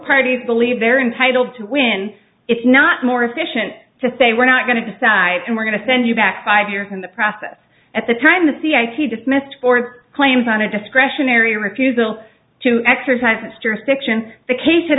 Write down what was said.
parties believe they're entitled to win if not more efficient to say we're not going to decide and we're going to send you back five years in the process at the time the c i t dismissed or claims on a discretionary refusal to exercise its jurisdiction